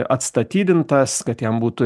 atstatydintas kad jam būtų